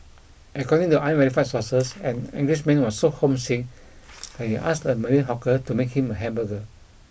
according to unverified sources an Englishman was so homesick that he asked a Malay hawker to make him a hamburger